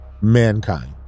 mankind